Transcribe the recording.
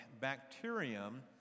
bacterium